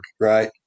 right